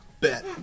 Bet